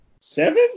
seven